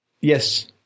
Yes